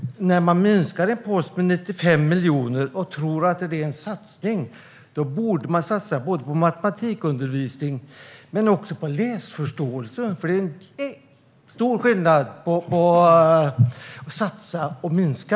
Ni minskar en post med 95 miljoner och tror att det är en satsning. Då borde man satsa på både matematikundervisning och läsförståelse, för det är en stor skillnad på att satsa och att minska.